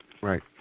Right